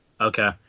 Okay